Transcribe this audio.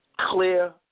Clear